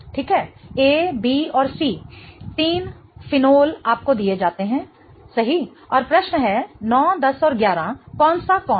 ठीक है A B और C तीन फिनोल आपको दिए जाते हैं सही और प्रश्न है 9 10 और 11 कौन सा कौन है